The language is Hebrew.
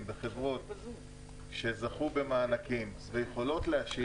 בחברות שזכו במענקים ויכולות להשיב,